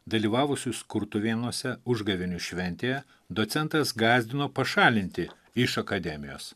dalyvavusius kurtuvėnuose užgavėnių šventėje docentas gąsdino pašalinti iš akademijos